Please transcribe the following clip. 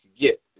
get